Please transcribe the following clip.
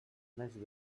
més